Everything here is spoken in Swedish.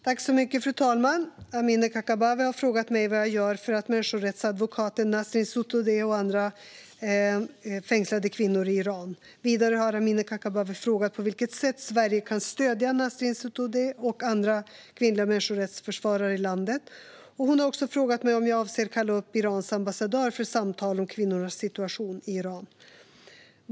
Fru talman! Amineh Kakabaveh har frågat mig vad jag gör för människorättsadvokaten Nasrin Sotoudeh och andra fängslade kvinnor i Iran. Vidare har Amineh Kakabaveh frågat på vilket sätt Sverige kan stödja Nasrin Sotoudeh och andra kvinnliga människorättsförsvarare i landet. Hon har också frågat mig om jag avser att kalla upp Irans ambassadör för samtal om kvinnornas situation i Iran.